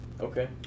Okay